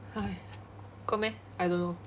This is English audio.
!hais! got meh I don't know